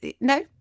no